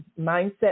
mindset